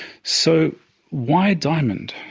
so why diamonds?